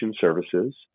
services